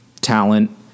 talent